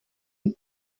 und